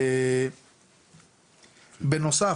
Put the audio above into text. בנוסף,